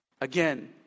Again